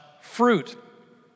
fruit